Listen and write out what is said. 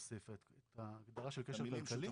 היא מקבלת את המידע מהרשות.